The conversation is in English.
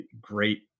great